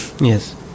yes